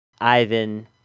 Ivan